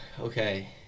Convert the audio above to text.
okay